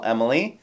Emily